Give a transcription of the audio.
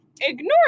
ignore